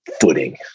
footing